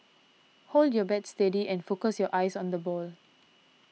hold your bat steady and focus your eyes on the ball